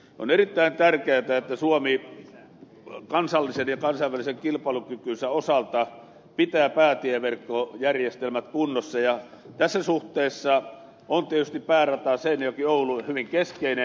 on erittäin tärkeätä että suomi kansallisen ja kansainvälisen kilpailukykynsä osalta pitää päätieverkkojärjestelmät kunnossa ja tässä suhteessa on tietysti päärata seinäjokioulu hyvin keskeinen